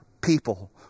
people